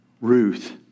Ruth